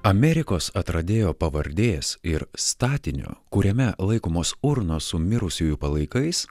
amerikos atradėjo pavardės ir statinio kuriame laikomos urnos su mirusiųjų palaikais